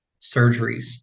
surgeries